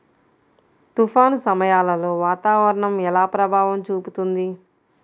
తుఫాను సమయాలలో వాతావరణం ఎలా ప్రభావం చూపుతుంది?